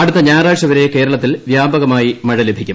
അടുത്ത ഞായറാഴ്ച വരെ കേരളത്തിൽ വ്യാപകമായി മഴ ലഭിക്കും